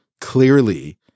clearly